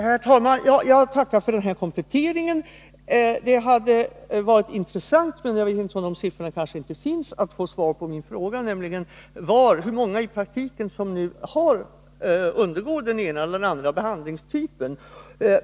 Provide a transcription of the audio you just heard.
Herr talman! Jag tackar för denna komplettering. Jag vet inte om det finns sådana siffror, men det hade varit intressant att få svar på min fråga hur många som i praktiken undergår den ena eller andra behandlingstypen.